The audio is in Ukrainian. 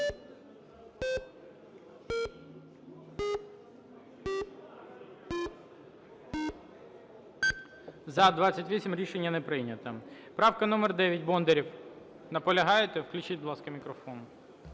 За-28 Рішення не прийнято. Правка номер 9. Бондарєв. Наполягаєте? Включіть, будь ласка, мікрофон.